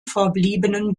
verbliebenen